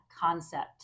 concept